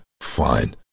fine